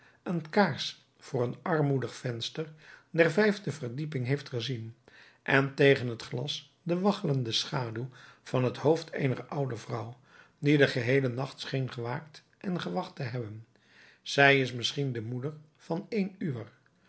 een kaars voor een armoedig venster der vijfde verdieping heeft gezien en tegen het glas de waggelende schaduw van het hoofd eener oude vrouw die den geheelen nacht scheen gewaakt en gewacht te hebben zij is misschien de moeder van een uwer